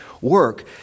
work